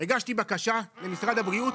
הגשתי בקשה למשרד הבריאות.